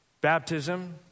Baptism